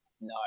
No